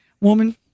Woman